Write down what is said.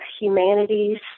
humanities